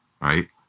right